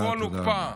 הכול הוקפא.